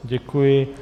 Děkuji.